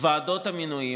ועדות המינויים,